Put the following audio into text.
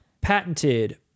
patented